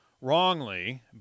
wrongly